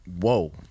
Whoa